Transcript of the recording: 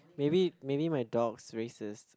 maybe maybe my dog's racist